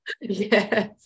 Yes